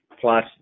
Plus